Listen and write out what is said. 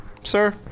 sir